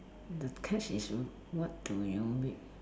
the catch is w~ what do you make